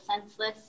senseless